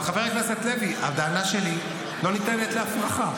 חבר הכנסת מיקי לוי, לא אמרתי שהמצב השתפר.